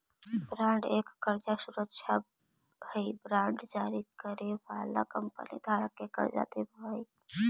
bond एक कर्जा सुरक्षा हई बांड जारी करे वाला कंपनी धारक के कर्जा देवऽ हई